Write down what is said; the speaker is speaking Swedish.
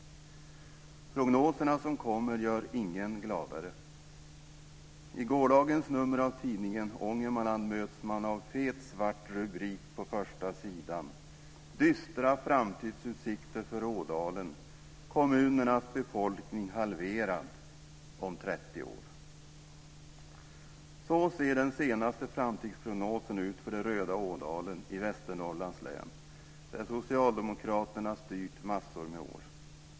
Prognoserna som kommer gör ingen gladare. I gårdagens nummer av Tidningen Ångermanland möts man av en fet svart rubrik på första sidan: Dystra framtidsutsikter för Ådalen. Kommunernas befolkning halverad om 30 år. Så ser den senaste framtidsprognosen ut för det röda Ådalen i Västernorrlands län där socialdemokraterna styrt under massor av år.